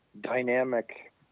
dynamic